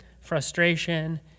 frustration